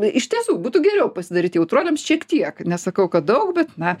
iš tiesų būtų geriau pasidaryt jautruoliams šiek tiek nesakau kad daug bet na